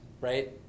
right